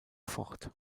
fort